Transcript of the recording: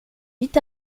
huit